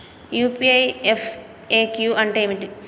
UPI FAQ అంటే ఏమిటి?